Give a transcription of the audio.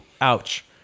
ouch